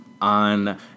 on